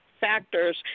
factors